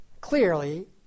clearly